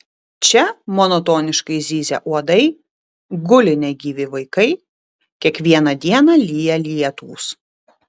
čia monotoniškai zyzia uodai guli negyvi vaikai kiekvieną dieną lyja lietūs